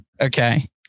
okay